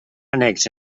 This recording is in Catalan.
annex